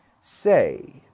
say